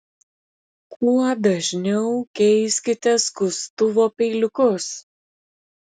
kuo dažniau keiskite skustuvo peiliukus